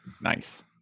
Nice